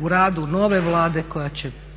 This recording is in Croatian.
u radu nove Vlade koja će